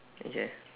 okay